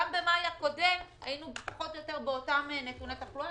גם במאי הקודם היינו פחות או יותר באותם נתוני תחלואה.